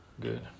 Good